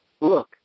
look